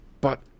but